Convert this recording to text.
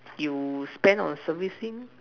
you spend on servicing